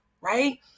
right